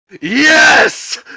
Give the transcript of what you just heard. Yes